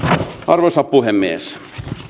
arvoisa puhemies